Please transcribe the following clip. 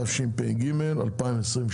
התשפ"ג-2023.